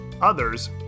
others